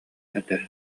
этэ